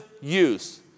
use